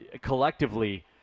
collectively